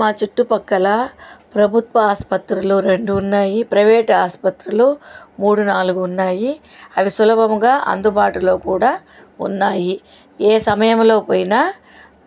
మా చుట్టుపక్కల ప్రభుత్వ ఆసుపత్రులు రెండు ఉన్నాయి ప్రైవేట్ ఆసుపత్రులు మూడు నాలుగు ఉన్నాయి అవి సులభముగా అందుబాటులో కూడా ఉన్నాయి ఏ సమయంలో పోయినా